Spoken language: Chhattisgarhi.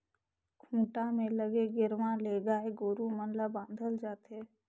खूंटा में लगे गेरवा ले गाय गोरु मन ल बांधल जाथे